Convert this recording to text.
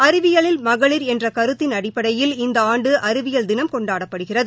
அறிவியலில் மகளிர் என்ற கருத்தின் அடிப்படையில் இந்த ஆண்டு அறிவியல் தினம் கொண்டாடப்படுகிறது